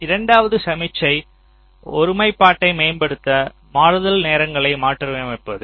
இரண்டாவது சமிக்ஞை ஒருமைப்பாட்டை மேம்படுத்த மாறுதல் நேரங்களை மாற்றியமைப்பது